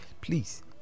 please